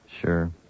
Sure